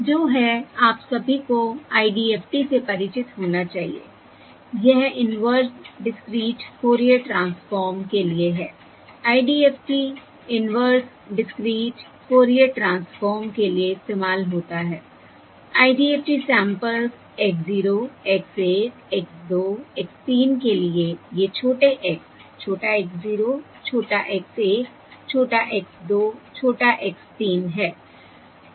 जो है आप सभी को IDFT से परिचित होना चाहिए यह इनवर्स डिसक्रीट फोरियर ट्रांसफॉर्म के लिए है IDFT inverse discrete Fourier transform के लिए इस्तेमाल होता है IDFT samples x 0 x 1 x 2 x 3 के लिए ये छोटे x छोटा x0 छोटा x1 छोटा x2 छोटा x3 हैं